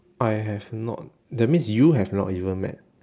I have not that means you have not even met